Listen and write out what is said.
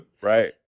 Right